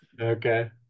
okay